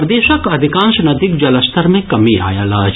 प्रदेशक अधिकांश नदीक जलस्तर मे कमी आयल अछि